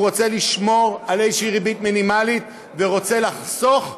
הוא רוצה לשמור על איזו ריבית מינימלית ורוצה לחסוך לילדיו,